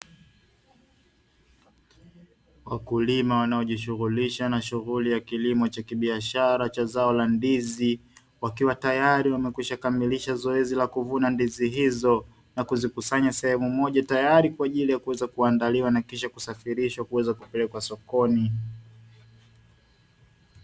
Wakulima wanao jishughulisha na shughuli ya kilimo cha kibiashara cha zao la ndizi, wakiwa tayari wamekwisha kamilisha zoezi la kuvuna ndizi hizo na kuzikusanya sehemu moja tayari kwa ajili ya kuweza kuandaliwa na kisha kusafirishwa na kuweza kupelekwa sokoni.